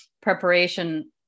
preparation